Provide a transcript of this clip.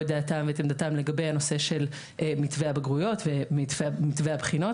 את דעתם ואת עמדתם לגבי הנושא של מתווה הבגרויות ומתווה הבחינות.